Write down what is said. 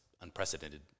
unprecedented